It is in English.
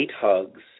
hugs